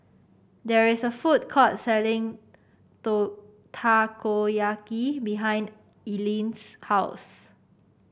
there is a food court selling Takoyaki behind Ilene's house